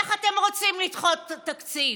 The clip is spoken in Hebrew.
איך אתם רוצים לדחות את התקציב?